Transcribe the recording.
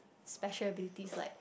special abilities like